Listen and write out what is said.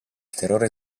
terrore